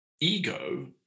ego